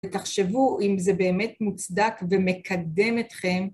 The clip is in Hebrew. ותחשבו אם זה באמת מוצדק ומקדם אתכם.